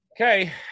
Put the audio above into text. Okay